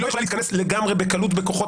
היא לא יכולה להתכנס לגמרי בקלות בכוחות